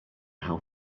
how